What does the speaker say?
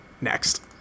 Next